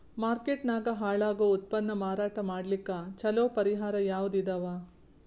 Market ನಾಗ ಹಾಳಾಗೋ ಉತ್ಪನ್ನ ಮಾರಾಟ ಮಾಡಲಿಕ್ಕ ಚಲೋ ಪರಿಹಾರ ಯಾವುದ್ ಇದಾವ?